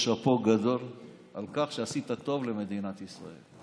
שאפו גדול על כך שעשה טוב למדינת ישראל,